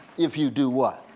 if you do what?